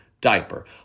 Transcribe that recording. diaper